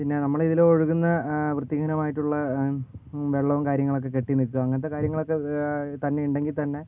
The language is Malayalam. പിന്നെ നമ്മളുടെ ഇതിൽ ഒഴുകുന്ന വൃത്തിഹീനമായിട്ടുള്ള വെള്ളവും കാര്യങ്ങളൊക്കെ കെട്ടി നിൽക്കുക അങ്ങനത്തെ കാര്യങ്ങളൊക്കെ തന്നെ ഉണ്ടെങ്കിൽത്തന്നെ